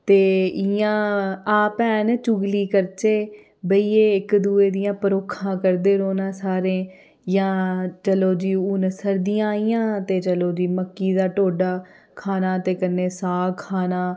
ते इ'यां आ भैन चुगली करचै बेहियै इक दुएं दियां परोखां करदे रौह्ना सारें जां चलो जी हून सर्दियां आइयां ते चलो जी मक्की दा टोडा खाना ते कन्नै साग खाना